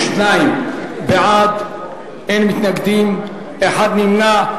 72 בעד, אין מתנגדים, אחד נמנע.